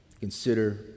consider